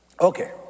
Okay